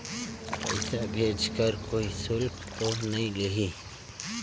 पइसा भेज कर कोई शुल्क तो नी लगही?